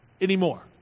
anymore